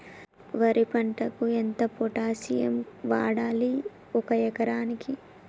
వరి పంటకు ఎంత పొటాషియం వాడాలి ఒక ఎకరానికి?